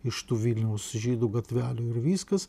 iš tų vilniaus žydų gatvelių ir viskas